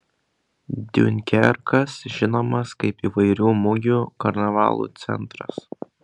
diunkerkas žinomas kaip įvairių mugių karnavalų centras